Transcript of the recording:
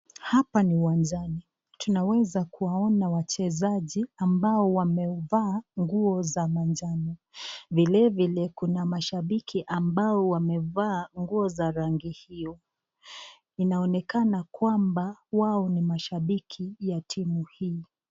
Hapa ni uwanjani tunaweza kuwaona ambao wamevaa nguo za manjano. Vile vile kuna mashabiki ambao wamevaa nguo za rangi hiyo inaonekana kwamba wao ni mashabiki ya timu hii.